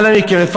אנא מכם,